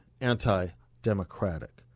anti-democratic